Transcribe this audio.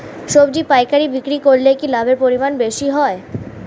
সবজি পাইকারি বিক্রি করলে কি লাভের পরিমাণ বেশি হয়?